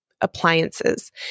appliances